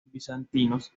bizantinos